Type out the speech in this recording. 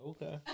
Okay